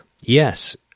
yes